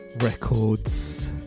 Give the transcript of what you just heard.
records